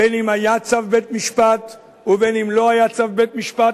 בין אם היה צו בית-משפט ובין אם לא היה צו בית-משפט,